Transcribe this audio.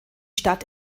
stadt